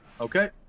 Okay